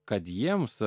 kad jiems